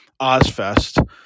OzFest